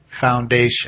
foundation